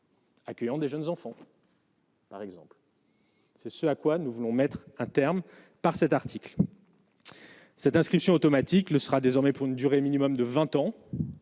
Accueillant des jeunes enfants. Par exemple, c'est ce à quoi nous voulons mettre un terme par cet article, cette inscription automatique le sera désormais pour une durée minimum de 20 ans